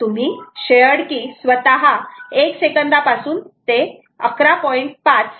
तुम्ही शेअर्ड की स्वतः 1 sec पासून ते 11